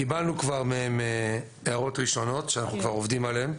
קיבלנו מהם כבר הערות ראשונות שאנחנו כבר עובדים עליהם.